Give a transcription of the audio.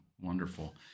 Wonderful